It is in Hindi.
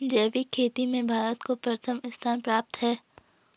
जैविक खेती में भारत को प्रथम स्थान प्राप्त है